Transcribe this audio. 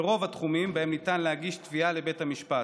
ברוב התחומים שבהם ניתן להגיש תביעה לבית המשפט,